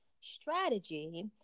strategy